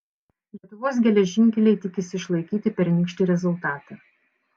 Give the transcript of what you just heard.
lietuvos geležinkeliai tikisi išlaikyti pernykštį rezultatą